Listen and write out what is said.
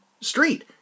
street